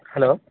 hello